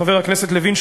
חבר הכנסת לוין,